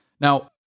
Now